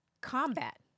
combat